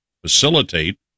facilitate